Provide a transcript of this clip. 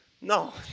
No